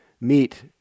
meet